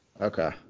Okay